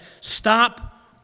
Stop